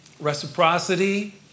reciprocity